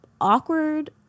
awkward